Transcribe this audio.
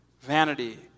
vanity